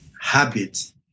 habit